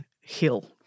hill